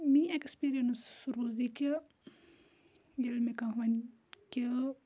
میٛٲنۍ اٮ۪کٕسپیٖرینٕس روٗز یہِ کہِ ییٚلہِ مےٚ کانٛہہ وَنہِ کہِ